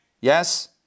Yes